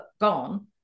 gone